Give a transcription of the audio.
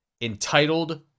Entitled